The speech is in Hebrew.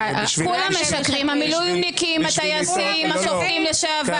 האמת היא שבוועדה יהיה רוב לממשלה שתוכל לבחור את שופטי בית המשפט